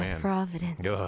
Providence